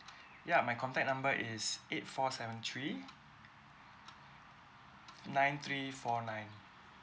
ya my contact number is eight four seven three nine three four nine